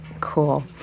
Cool